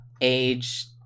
age